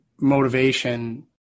motivation